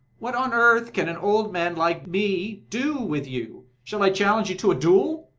what on earth can an old man like me do with you? shall i challenge you to a duel?